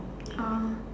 ah